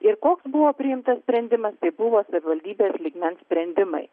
ir koks buvo priimtas sprendimas tai buvo savivaldybės lygmens sprendimai